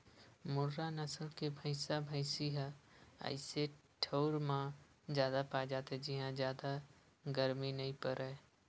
मुर्रा नसल के भइसा भइसी ह अइसे ठउर म जादा पाए जाथे जिंहा जादा गरमी नइ परय